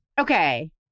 Okay